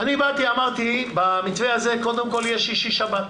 אני באתי ואמרתי שבמתווה הזה יש שישי שבת.